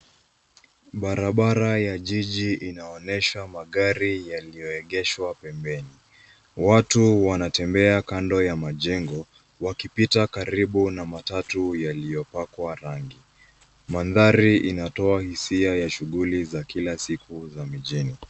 Barabara ya jiji inaonyesha magari yaliyoegeshwa pembeni. Watu wanatembea kando ya majengo, yakipita karibu na matatu yaliyopakwa rangi. Mandhari inatoa hisia ya shughuli za kila siku za mjini.